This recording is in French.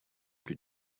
plus